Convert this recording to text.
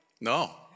No